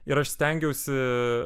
ir aš stengiausi